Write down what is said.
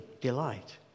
delight